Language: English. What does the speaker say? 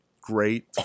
great